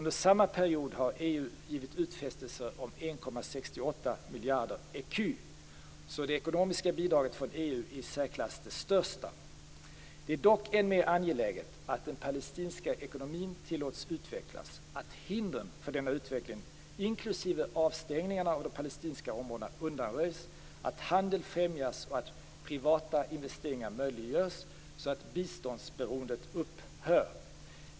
Under samma period har EU givit utfästelser om 1,68 miljarder ecu. Det ekonomiska bidraget från EU är i särklass det största. Det är dock än mer angeläget att den palestinska ekonomin tillåts utvecklas, att hindren för denna utveckling inklusive avstängningarna av de palestinska områdena undanröjs, att handel främjas och att privata investeringar möjliggörs så att biståndsberoendet upphör.